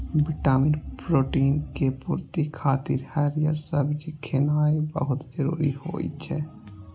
vitamin, protein के पूर्ति खातिर हरियर सब्जी खेनाय बहुत जरूरी होइ छै